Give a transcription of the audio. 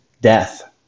death